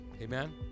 amen